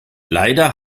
leider